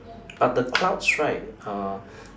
but the clouds right uh